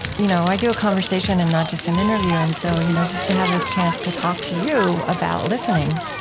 you know i do a conversation and not just an interview, and so you know just to have this chance to talk to you about listening,